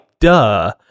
duh